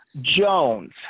jones